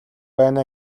байна